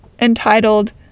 entitled